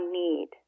need